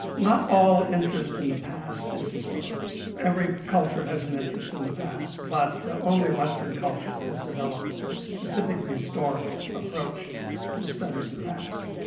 not all interest in the past is historical. every culture has an interest in the past, but only western culture has developed a specifically historical approach to the study of the past.